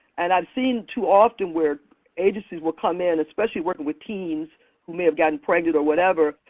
and i've seen too often where agencies will come in, especially working with teens who may have gotten pregnant or whatever,